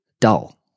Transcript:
Dull